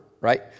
right